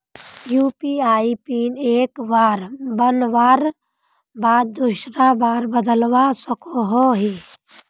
UPI pin एक बार बनवार बाद दूसरा बार बदलवा सकोहो ही?